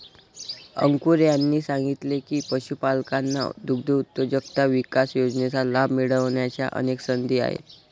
अंकुर यांनी सांगितले की, पशुपालकांना दुग्धउद्योजकता विकास योजनेचा लाभ मिळण्याच्या अनेक संधी आहेत